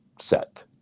set